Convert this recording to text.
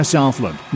Southland